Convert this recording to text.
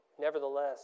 nevertheless